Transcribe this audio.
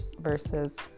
versus